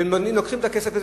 והם לוקחים את הכסף הזה,